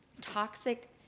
toxic